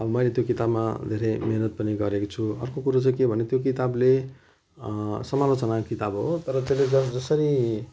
अब मैले त्यो किताबमा धेरै मिहिनेत पनि गरेको छु अर्को कुरो चाहिँ के भने त्यो किताबले समालोचनाको किताब हो तर त्यसले जस जसरी